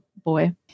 boy